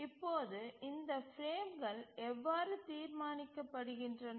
இப்போது இந்த பிரேம்கள் எவ்வாறு தீர்மானிக்கப்படுகின்றன